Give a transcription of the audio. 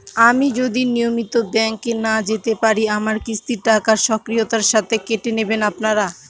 আমি যদি নিয়মিত ব্যংকে না যেতে পারি আমার কিস্তির টাকা স্বকীয়তার সাথে কেটে নেবেন আপনারা?